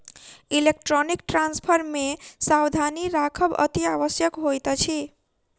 electronic transfer मे सावधानी राखब अतिआवश्यक होइत अछि